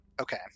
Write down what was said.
Okay